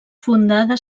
fundada